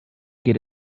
get